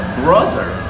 brother